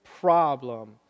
problem